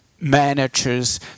managers